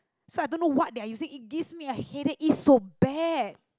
so I don't know what they are using it gives me a head it is so bad